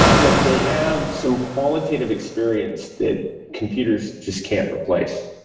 but they have some qualitative experience that computers just can't replace.